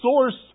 source